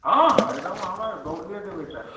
हँ हँ एगदम हमे आओर दौड़ले जएबै तऽ